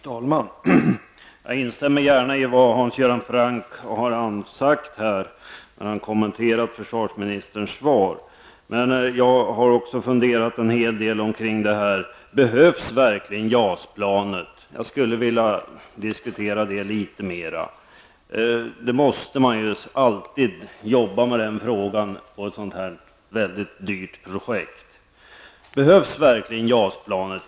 Fru talman! Jag instämmer gärna i det Hans Göran Franck sade när han kommenterade försvarsministerns svar. Även jag har funderat en hel del kring JAS-projektet och frågat om JAS planet verkligen behövs. Låt mig utveckla mina synpunkter något ytterligare. När det gäller ett så dyrt projekt som detta måste det ju göras en noggrann prövning.